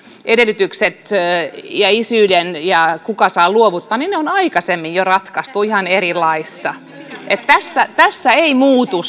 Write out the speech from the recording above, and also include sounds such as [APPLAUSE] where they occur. edellytykset isyys ja se kuka saa luovuttaa on jo aikaisemmin ratkaistu ihan eri laissa tässä tässä eivät muutu [UNINTELLIGIBLE]